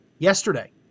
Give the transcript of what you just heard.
yesterday